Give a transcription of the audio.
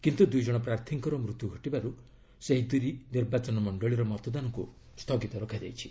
କିନ୍ତୁ ଦୁଇଜଣ ପ୍ରାର୍ଥୀଙ୍କର ମୃତ୍ୟୁ ଘଟିବାରୁ ସେହି ଦୁଇ ନିର୍ବାଚନ ମଣ୍ଡଳୀର ମତଦାନକୁ ସ୍ଥଗିତ ରଖାଯାଇଛି